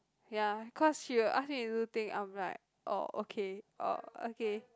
ya cause she will ask you if you think I'm like orh okay orh okay